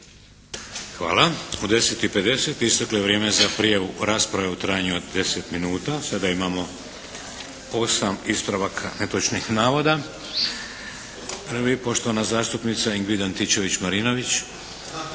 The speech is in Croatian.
Hvala. U 10,50 isteklo je vrijeme za prijavu u raspravi u trajanju od 10 minuta. Sada imamo osam ispravaka netočnih navoda. Prvi, poštovana zastupnica Ingrid Antičević Marinović.